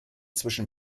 zwischen